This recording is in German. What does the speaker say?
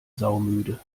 saumüde